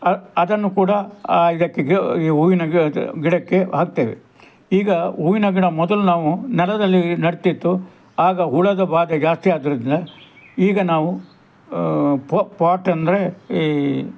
ಅ ಅದನ್ನು ಕೂಡ ಆ ಇದಕ್ಕೆ ಗಿಡ ಈ ಹೂವಿನ ಗಿಡಕ್ಕೆ ಹಾಕ್ತೇವೆ ಈಗ ಹೂವಿನ ಗಿಡ ಮೊದಲು ನಾವು ನೆಲದಲ್ಲಿ ನಡ್ತಿತ್ತು ಆಗ ಹುಳದ ಬಾಧೆ ಜಾಸ್ತಿ ಆದ್ದರಿಂದ ಈಗ ನಾವು ಪಾಟ್ ಅಂದರೆ ಈ